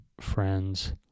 friends